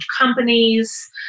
companies